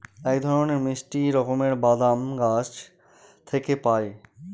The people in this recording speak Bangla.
এক ধরনের মিষ্টি রকমের বাদাম গাছ থেকে পায়